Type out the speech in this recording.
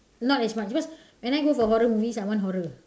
not as much because when I go for horror movies I want horror